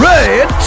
Red